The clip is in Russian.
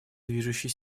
движущей